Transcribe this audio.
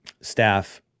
staff